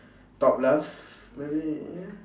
top left maybe